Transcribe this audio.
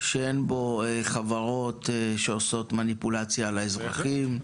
שאין בו חברות שעושות מניפולציה על האזרחים.